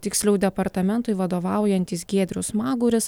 tiksliau departamentui vadovaujantis giedrius smaguris